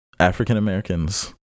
african-americans